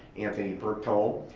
anthony bertholdt,